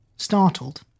startled